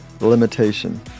limitation